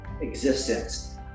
existence